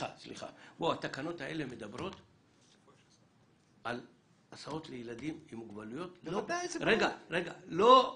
התקנות האלה מדברות על הסעות לילדים עם מוגבלויות ולא על